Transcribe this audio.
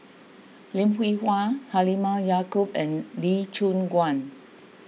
Lim Hwee Hua Halimah Yacob and Lee Choon Guan